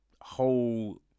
whole